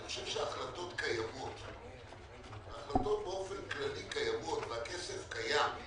החלטות באופן כללי קיימות והכסף קיים.